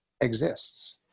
exists